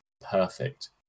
perfect